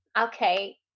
okay